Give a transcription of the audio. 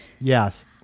Yes